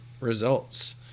results